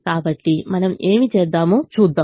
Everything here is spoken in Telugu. కాబట్టి మనం ఏమి చేద్దామో చూద్దాం